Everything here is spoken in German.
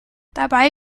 dabei